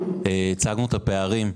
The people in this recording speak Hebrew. הצגנו את הפערים.